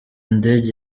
ndege